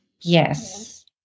Yes